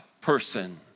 person